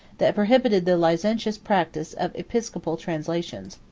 that prohibited the licentious practice of episcopal translations.